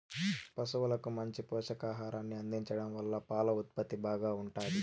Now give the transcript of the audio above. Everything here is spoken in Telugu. పసువులకు మంచి పోషకాహారాన్ని అందించడం వల్ల పాల ఉత్పత్తి బాగా ఉంటాది